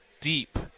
deep